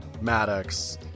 Maddox